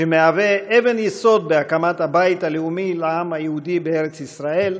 שמהווה אבן יסוד בהקמת הבית הלאומי לעם היהודי בארץ-ישראל,